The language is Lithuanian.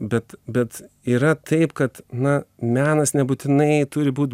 bet bet yra taip kad na menas nebūtinai turi būt